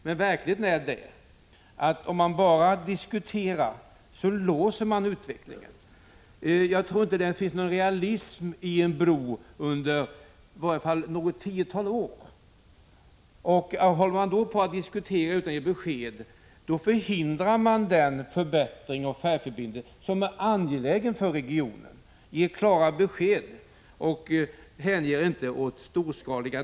Men verkligheten är den att om man bara diskuterar, så låser man utvecklingen. Jag tror inte att det ligger någon realism i talet om en bro, åtminstone inte när det gäller en period av ett tiotal år framåt. Håller man då på och diskuterar utan att ge besked, hindrar man den förbättring av färjeförbindelserna som är angelägen för regionen. Ge klara besked och hänge er inte åt drömmar om storskalighet!